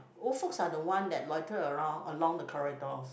old folks are the one that loiter around along the corridors